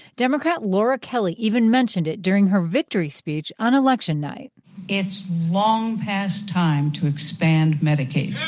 democrat laura kelly even mentioned it during her victory speech on election night it's long past time to expand medicaid! yeah